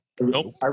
Nope